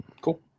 Cool